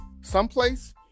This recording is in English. someplace